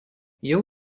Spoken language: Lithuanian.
jau